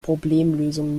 problemlösung